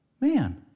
Man